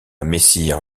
messire